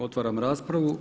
Otvaram raspravu.